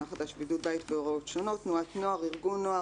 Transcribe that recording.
החדש) (בידוד בית והוראות שונות) (הוראת שעה),